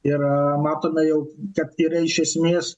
ir matome jau kad yra iš esmės